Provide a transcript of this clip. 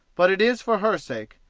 but it is for her sake,